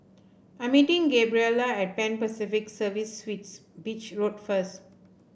I'm meeting Gabriela at Pan Pacific Serviced Suites Beach Road first